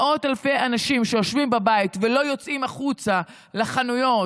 מאות אלפי אנשים יושבים בבית ולא יוצאים החוצה לחנויות,